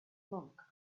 monk